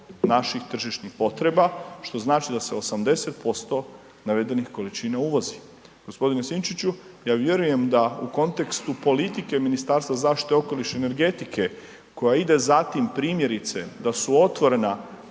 naših tržišnih potreba što znači da se 80% navedenih količina uvozi. Gospodine Sinčiću ja vjerujem da u kontekstu politike Ministarstva zaštite okoliša i energetike koja ide za tim primjerice da su otvorena